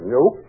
Nope